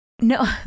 No